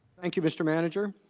thank you mr. manager